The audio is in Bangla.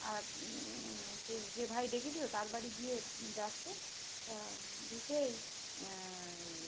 আর সেই যে ভাই ডেকেছিলো তার বাড়ি গিয়ে ডাকছে তা বুঝছে এই